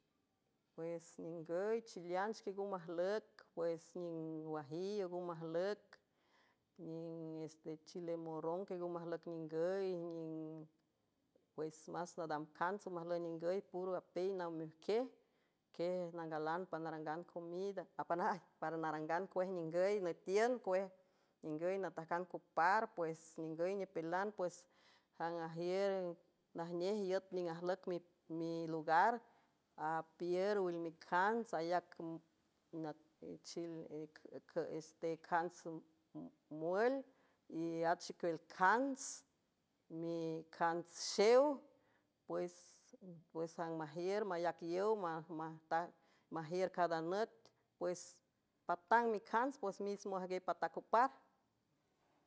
Pues ningüy chileanch quienga majlüc pues ning wajiyo nga majlüc ning estechilemonron que nga majlüc ningüy pues más nadam cants o majlüy ningüy pur apel naw mejquiej quiej nangalan pnarangan comida apanaj para narangan cuej ningüy nüetiün cuej ningüy natajcan cupar pues ningüy nepilan pues jang ajiür najnej iüt ning ajlüc milugar apier wel micants ayac stecants mül y at chicuül cants micants xew pues jang majiür mayac yow majiür cada nüt pues patang micants pues mismojaguiey pata cupar.